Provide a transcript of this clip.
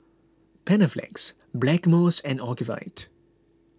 Panaflex Blackmores and Ocuvite